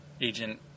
Agent